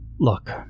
Look